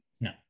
No